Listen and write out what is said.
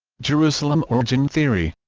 jerusalem origin theory